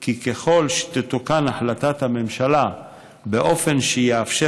כי ככל שתתוקן החלטת הממשלה באופן שיאפשר